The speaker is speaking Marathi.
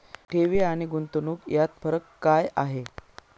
ठेवी आणि गुंतवणूक यात फरक काय आहे?